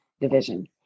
division